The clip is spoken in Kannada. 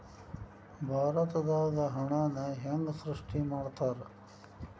ಭಾರತದಾಗ ಹಣನ ಹೆಂಗ ಸೃಷ್ಟಿ ಮಾಡ್ತಾರಾ